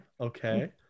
Okay